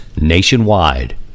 nationwide